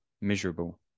miserable